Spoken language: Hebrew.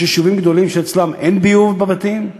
יש יישובים גדולים שאצלם אין ביוב בבתים,